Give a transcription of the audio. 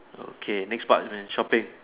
okay next part man shopping